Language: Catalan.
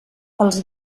els